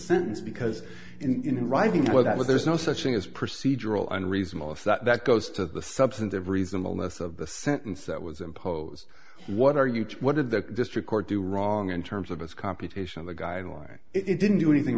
sentence because in writing well that was there's no such thing as procedural and reasonable if that goes to the substantive reasonableness of the sentence that was imposed what are you what did the district court do wrong in terms of its computation of the guidelines it didn't do anything